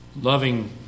loving